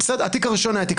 התיק הראשון היה תיק